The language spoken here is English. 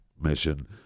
mission